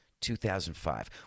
2005